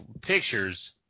pictures